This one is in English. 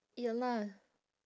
ya lah